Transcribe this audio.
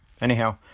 Anyhow